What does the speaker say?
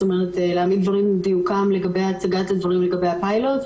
להעמיד דברים על דיוקם לגבי הצגת הדברים לגבי הפיילוט,